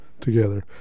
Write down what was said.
together